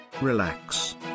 relax